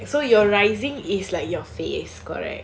ya correct so your rising is like your face correct